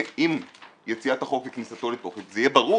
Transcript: עם יציאת החוק וכניסתו לתוקף זה יהיה ברור